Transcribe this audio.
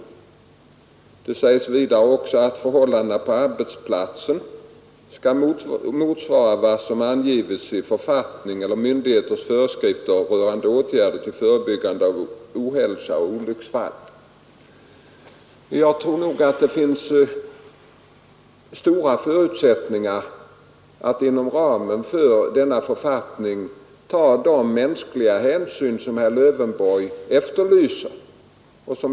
I en senare punkt heter det att förhållandena på arbetsplatsen skall motsvara ”vad som angives i författning eller myndighets föreskrifter rörande åtgärder till förebyggande av ohälsa eller olycksfall”. Jag tror nog att det finns stora förutsättningar att inom ramen för denna författning ta de mänskliga hänsyn som herr Lövenborg efterlyser.